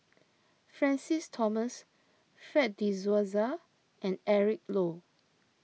Francis Thomas Fred De Souza and Eric Low